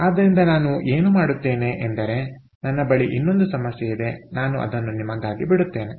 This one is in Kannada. ಆದ್ದರಿಂದ ನಾನು ಏನು ಮಾಡುತ್ತೇನೆ ಎಂದರೆನನ್ನ ಬಳಿ ಇನ್ನೊಂದು ಸಮಸ್ಯೆ ಇದೆನಾನು ಅದನ್ನು ನಿಮಗಾಗಿ ಬಿಡುತ್ತೇನೆ